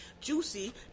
Juicy